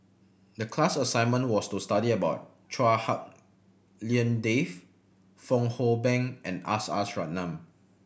the class assignment was to study about Chua Hak Lien Dave Fong Hoe Beng and S S Ratnam